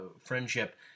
friendship